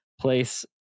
place